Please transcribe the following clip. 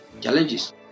challenges